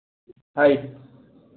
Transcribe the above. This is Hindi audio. आए